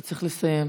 אתה צריך לסיים.